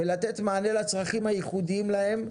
ולתת מענה לצרכים הייחודיים להם.